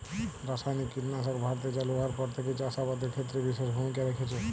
রাসায়নিক কীটনাশক ভারতে চালু হওয়ার পর থেকেই চাষ আবাদের ক্ষেত্রে বিশেষ ভূমিকা রেখেছে